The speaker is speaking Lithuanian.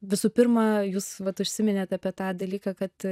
visų pirma jūs vat užsiminėt apie tą dalyką kad